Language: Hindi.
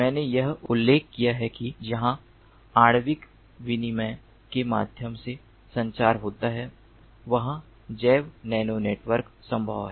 मैंने यह भी उल्लेख किया है कि जहां आणविक विनिमय के माध्यम से संचार होता है वहां जैव नैनो नेटवर्क संभव है